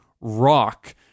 rock